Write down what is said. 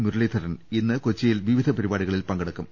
മുരളീധരൻ ഇന്ന് കൊച്ചി യിൽ വിവിധ പരിപാടികളിൽ പങ്കെടുക്കും